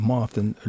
Martin